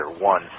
one